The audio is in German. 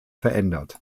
verändert